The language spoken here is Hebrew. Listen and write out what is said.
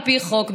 על פי חוק,